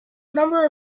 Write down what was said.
number